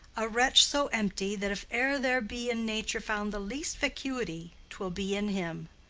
a wretch so empty that if e'er there be in nature found the least vacuity twill be in him.